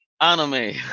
anime